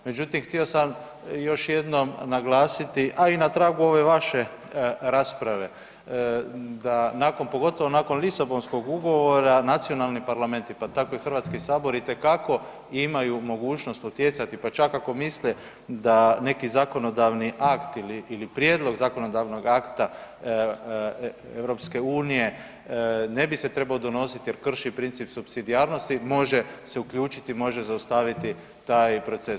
Međutim, htio sam još jednom naglasiti, a i na tragu ove vaše rasprave da nakon, pogotovo nakon Lisabonskog ugovora nacionalni parlamenti, pa tako i HS itekako imaju mogućnost utjecati, pa čak ako misle da neki zakonodavni akt ili prijedlog zakonodavnog akta EU ne bi se trebao donositi jer krši princip supsidijarnosti, može se uključiti, može zaustaviti taj proces.